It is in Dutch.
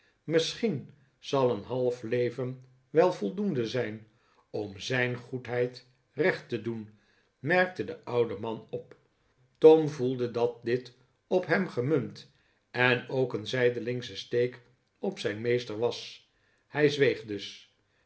misschien zal een half leven wel voldoende zijn om zijn goedheid recht te doen merkte de oude man op tom voelde dat dit op hem gemunt en ook een zijdelingsche steek op zijn meester was